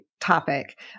topic